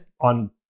on